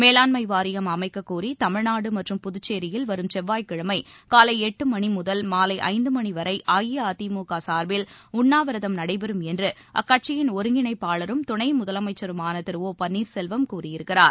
மேலாண்மை வாரியம் அமைக்கக் கோரி தமிழ்நாடு மற்றும் புதுச்சேரியில் வரும் செவ்வாய்க்கிழமை காலை எட்டு மணி முதல் மாலை ஐந்து மணி வரை அஇஅதிமுக சார்பில் உண்ணாவிரதம் நடைபெறும் அக்கட்சியின் என்று ஒருங்கிணைப்பாளரும் துணை முதலமைச்சருமான திரு ஓ பன்னீர் செல்வம் கூறியிருக்கிறார்